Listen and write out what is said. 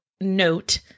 note